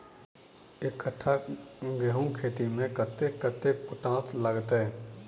एक कट्ठा गेंहूँ खेती मे कतेक कतेक पोटाश लागतै?